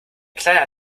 kleiner